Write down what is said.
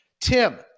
Tim